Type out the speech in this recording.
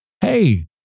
Hey